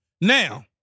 Now